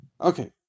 Okay